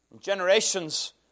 Generations